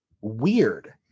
weird